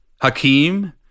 Hakeem